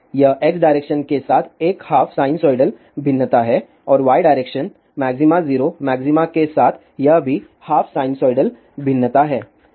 यह x direction के साथ एक हाफ साइनसोइडल भिन्नता है और y डायरेक्शन मैक्सिमा 0 मैक्सिमा के साथ यह भी हाफ साइनसोइडल भिन्नता है